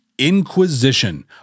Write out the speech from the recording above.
Inquisition